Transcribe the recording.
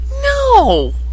No